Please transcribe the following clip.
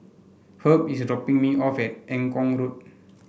Herb is dropping me off at Eng Kong Road